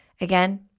again